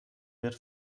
wird